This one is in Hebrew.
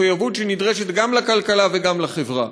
מחויבות שנדרשת גם לכלכלה וגם לחברה.